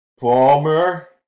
palmer